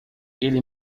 ele